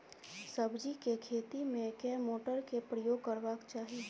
सब्जी केँ खेती मे केँ मोटर केँ प्रयोग करबाक चाहि?